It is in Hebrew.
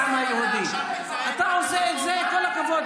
תעשה את זה בפירוש,